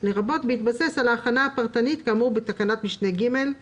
לרבות בהתבסס על ההכנה הפרטנית כאמור בתקנת משנה (ג);